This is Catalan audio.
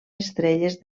estrelles